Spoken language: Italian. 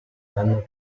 hanno